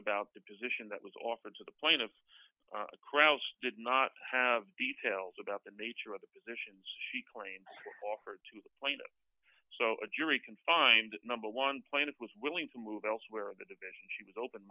about the position that was offered to the plaintiff crouse did not have details about the nature of the positions she claims offered to the plane so a jury can find that number one point it was willing to move elsewhere in the division she was open